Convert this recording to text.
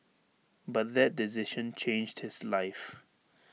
but that decision changed his life